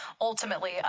ultimately